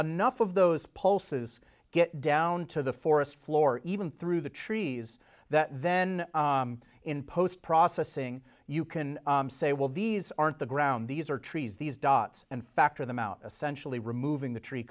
enough of those pulses get down to the forest floor even through the trees that then in post processing you can say well these aren't the ground these are trees these dots and factor them out essentially removing the tree